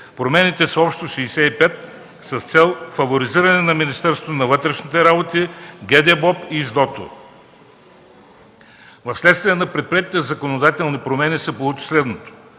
Промените са общо 65 с цел фаворизиране на Министерството на вътрешните работи, ГДБОП и СДОТО. Вследствие на приетите законодателни промени се получи следното: